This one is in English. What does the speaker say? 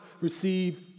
receive